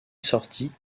sorties